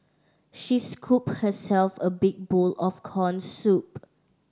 she scooped herself a big bowl of corn soup